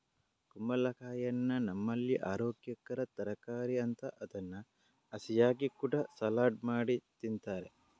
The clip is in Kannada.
ಕುಂಬಳಕಾಯಿಯನ್ನ ನಮ್ಮಲ್ಲಿ ಅರೋಗ್ಯಕರ ತರಕಾರಿ ಅಂತ ಅದನ್ನ ಹಸಿಯಾಗಿ ಕೂಡಾ ಸಲಾಡ್ ಮಾಡಿ ತಿಂತಾರೆ